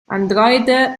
android